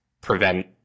prevent